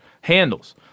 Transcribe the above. handles